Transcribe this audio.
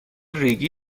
ریگی